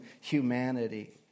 humanity